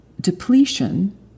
depletion